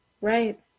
Right